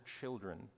children